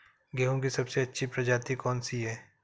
गेहूँ की सबसे अच्छी प्रजाति कौन सी है?